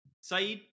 Saeed